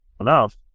enough